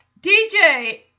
DJ